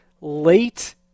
late